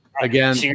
again